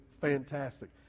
fantastic